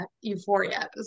euphoria